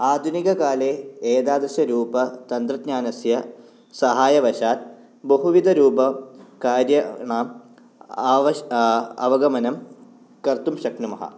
आधुनिककाले एतादृशरूपतन्त्रज्ञानस्य सहायवशात् बहुविधरूपकार्याणाम् अवश् अवगमनं कर्तुं शक्नुमः